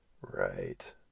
right